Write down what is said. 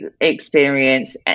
experience